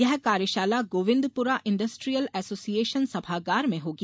यह कार्यशाला Govindpura industrial association सभागार में होगी